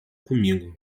comigo